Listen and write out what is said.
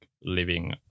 living